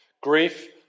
Grief